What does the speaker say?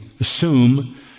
assume